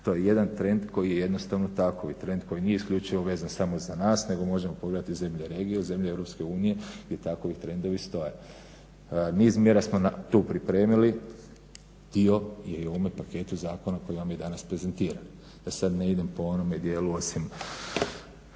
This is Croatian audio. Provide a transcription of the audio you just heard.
To je jedan trend koji jednostavno tako i trend koji nije isključivo vezan samo za nas nego možemo pogledati zemlje regije i zemlje Europske unije jer tako i trendovi stoje. Mi iz mjera smo tu pripremili, dio je i u ovome paketu zakona koji vam je danas prezentiran. Da sad ne idem po onome dijelu osim